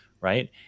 right